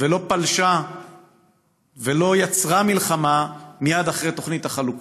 ולא פלשה ולא יצרה מלחמה מייד אחרי תוכנית החלוקה.